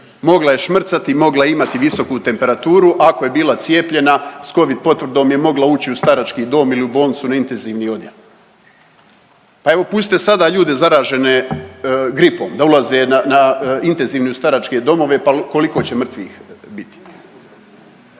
Mogla je šmrcati, mogla je imati visoku temperaturu, ako je bila cijepljena, s Covid potvrdom je mogla ući u starački dom ili u bolnicu na intenzivni odjel. Pa evo pustite sada ljude zaražene gripom da ulaze na na intenzivnu i u staračke domove pa koliko će mrtvih biti.